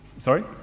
Sorry